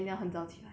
几点